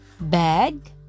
Bag